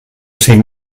cinc